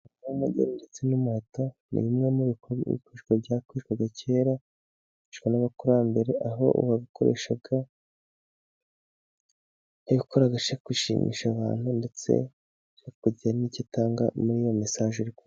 Ndetse n'umuheto ni bimwe mu bikoresho ryakoreshwaga kera, byakoreshyaga n'abakurambere aho uwabikoreshaga yabikoraga ashaka gushimisha abantu, ndetse akagira n'icyo atanga muri iyo mesage.